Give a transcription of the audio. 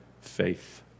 faith